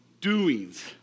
doings